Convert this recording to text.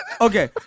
Okay